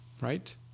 Right